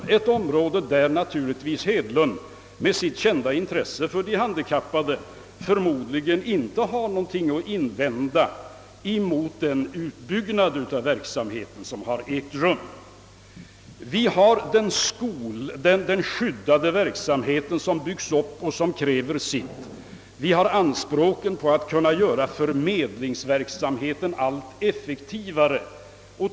Herr Hedlund har naturligtvis med sitt kända intresse för de handikappade inte nå gonting att invända mot den utbyggnad av verksamheten som ägt rum på detta område. Vi har den skyddade verksamheten som byggts upp och som kräver sitt, vi har anspråken på att göra förmedlingsverksamheten allt effektivare.